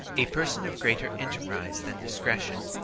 a person of greater enterprise than discretion,